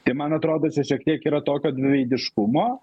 tai man atrodo čia šiek tiek yra tokio dviveidiškumo